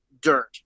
dirt